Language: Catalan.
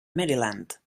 maryland